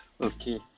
Okay